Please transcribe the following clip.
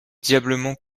diablement